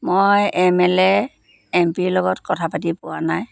মই M L A M পিৰ লগত কথা পাতি পোৱা নাই